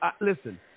listen